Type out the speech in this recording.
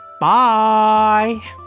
Bye